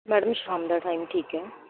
madam ਸ਼ਾਮ ਦਾ time ਠੀਕ ਹੈ